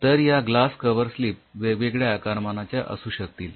तर या glass cover slip वेगवेगळ्या आकारमानाच्या असू शकतील